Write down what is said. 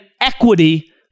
equity